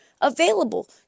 available